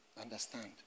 Understand